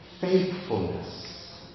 faithfulness